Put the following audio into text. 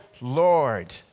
Lord